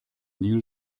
new